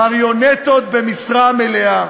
מריונטות במשרה מלאה.